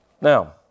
Now